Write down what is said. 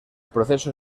proceso